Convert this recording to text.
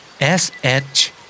S-H-